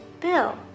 Bill